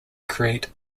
create